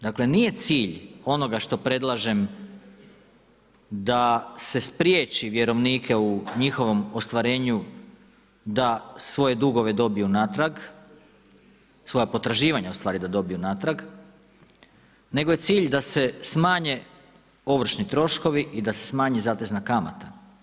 Dakle, nije cilj onoga što predlažem da se spriječi vjerovnike u njihovom ostvarenju da svoje dugove dobiju natrag, svoja potraživanja ustvari da dobiju natrag, nego je cilj da se smanje ovršni troškovi i da se smanji zatezna kamata.